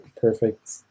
perfect